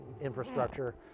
infrastructure